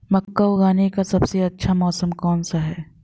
मक्का उगाने का सबसे अच्छा मौसम कौनसा है?